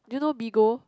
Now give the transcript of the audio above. do you know Bigo